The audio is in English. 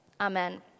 Amen